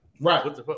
Right